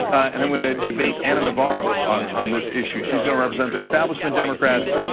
and i'm gonna debate ana navarro on on this issue. she's gonna represent the establishment democrats,